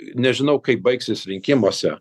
nežinau kaip baigsis rinkimuose